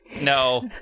No